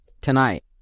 tonight